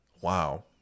Wow